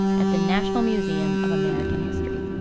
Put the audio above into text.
at the national museum of american history